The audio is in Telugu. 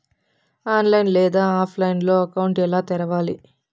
ఆన్లైన్ లేదా ఆఫ్లైన్లో అకౌంట్ ఎలా తెరవాలి